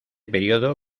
período